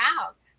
out